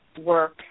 work